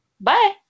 Bye